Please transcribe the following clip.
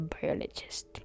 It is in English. biologist